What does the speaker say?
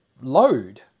load